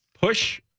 Push